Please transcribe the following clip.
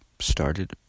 started